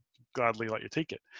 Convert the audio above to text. gladly, let you take it.